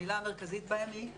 המילה המרכזית בהם היא "לפחות".